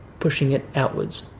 pushing it outwards,